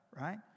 right